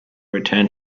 returned